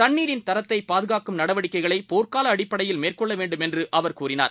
தண்ணீரின்தரத்தைபாதுகாக்கும்நடவடிக்கைகளைபோர்க்காலஅடிப்படையில்மேற் கொள்ளவேண்டும்என்றுஅவர்கூறினார்